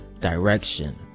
direction